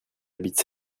habitent